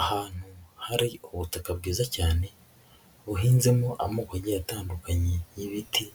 Ahantu hari ubutaka bwiza cyane buhinzemo amoko atandukanye y'ibiti,